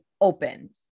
opened